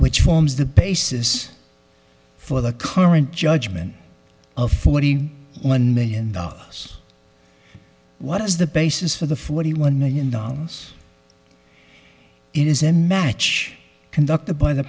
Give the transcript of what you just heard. which forms the basis for the current judgment of forty one million dollars what is the basis for the forty one million dollars it is a match conducted by the